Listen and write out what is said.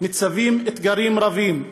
ניצבים אתגרים רבים,